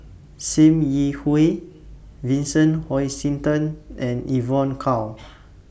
SIM Yi Hui Vincent Hoisington and Evon Kow